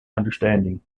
understanding